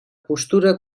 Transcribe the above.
postura